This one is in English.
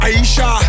Aisha